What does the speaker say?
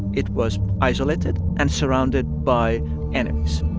it was isolated and surrounded by enemies.